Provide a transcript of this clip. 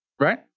Right